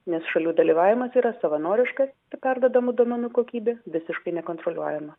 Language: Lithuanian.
nes šalių dalyvavimas yra savanoriškas ir perduodamų duomenų kokybė visiškai nekontroliuojama